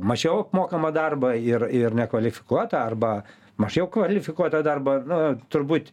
mažiau apmokamą darbą ir ir nekvalifikuotą arba mažiau kvalifikuotą darbą na turbūt